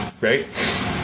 right